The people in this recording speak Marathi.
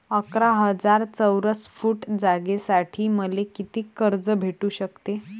अकरा हजार चौरस फुट जागेसाठी मले कितीक कर्ज भेटू शकते?